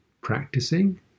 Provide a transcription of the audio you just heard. practicing